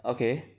okay